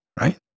right